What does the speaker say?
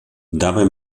dabei